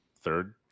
third